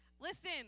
Listen